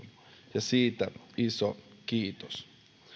ja siitä iso kiitos